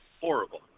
horrible